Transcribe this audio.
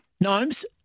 Gnomes